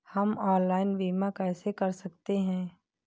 हम ऑनलाइन बीमा कैसे कर सकते हैं?